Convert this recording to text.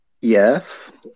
Yes